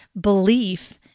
belief